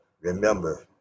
remember